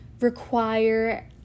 require